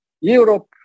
europe